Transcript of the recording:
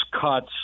cuts